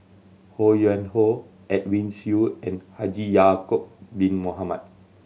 Ho Yuen Hoe Edwin Siew and Haji Ya'acob Bin Mohamed